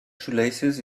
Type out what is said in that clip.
shoelaces